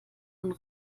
von